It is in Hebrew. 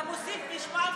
אתה מוסיף משפט,